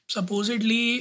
Supposedly